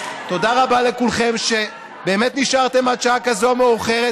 תודה רבה לכולכם שבאמת נשארתם עד שעה כזאת מאוחרת,